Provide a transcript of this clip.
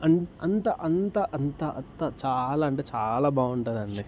అంత అంత అంత అంతా చాలా అంటే చాలా బాగుంటుంది అండి